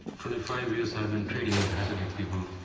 twenty five years i've been trading with hasidic people.